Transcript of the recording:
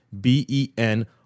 B-E-N